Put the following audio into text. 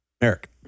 Eric